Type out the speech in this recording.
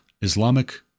Islamic